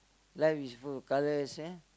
life is full of colours ya